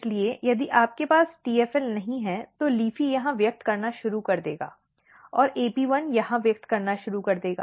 इसलिए यदि आपके पास TFL नहीं है तो LEAFY यहां व्यक्त करना शुरू कर देगा और AP1 यहां व्यक्त करना शुरू कर देगा